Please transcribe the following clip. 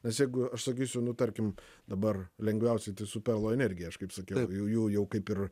nes jeigu aš sakysiu nu tarkim dabar lengviausiai su perlo energija aš kaip sakiau jų jau kaip ir